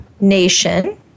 Nation